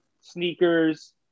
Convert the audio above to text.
sneakers